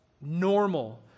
normal